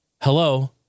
Hello